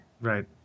Right